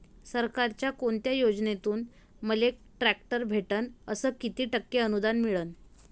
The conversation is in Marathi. सरकारच्या कोनत्या योजनेतून मले ट्रॅक्टर भेटन अस किती टक्के अनुदान मिळन?